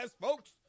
folks